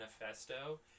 manifesto